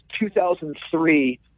2003